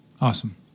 Awesome